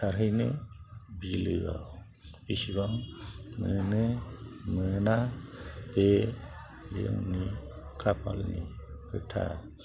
सारहैनो बिलोयाव बेसेबां मोनो मोना बे बे उननि खाफालनि खोथा